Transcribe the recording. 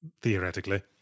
theoretically